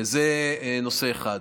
זה נושא אחד.